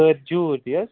کٔرۍ جوٗر تِۍ حظ